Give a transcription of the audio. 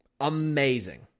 amazing